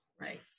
Right